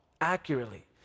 accurately